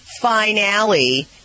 Finale